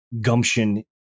gumption